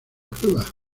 prueba